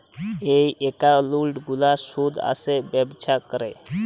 ই account গুলার সুদ আসে ব্যবছা ক্যরে